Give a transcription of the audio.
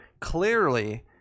clearly